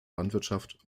landwirtschaft